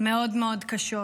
מאוד מאוד קשות.